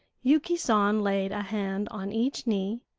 yuki san laid a hand on each knee,